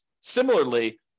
Similarly